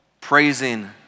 praising